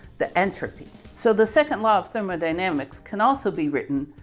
the entropy. so the second law of thermodynamics can also be written,